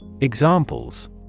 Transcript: Examples